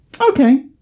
Okay